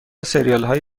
سریالهای